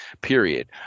period